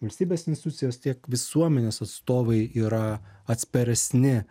valstybės institucijos tiek visuomenės atstovai yra atsparesni